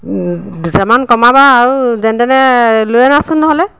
দুটাকামান কমাবা আৰু যেনে তেনে লৈ আনাচোন নহ'লে